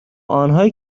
آنهایی